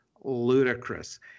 ludicrous